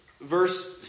verse